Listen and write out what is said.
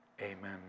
Amen